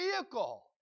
vehicle